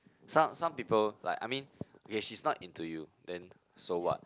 some some people like I mean okay she's not into you then so what